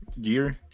gear